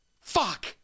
Fuck